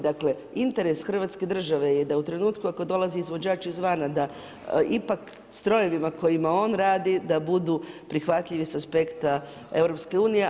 Dakle interes Hrvatske države je da u trenutku ako dolazi izvođač izvana da ipak strojevima kojima on radi da budu prihvatljivi sa aspekta EU.